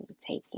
taking